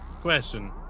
Question